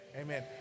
amen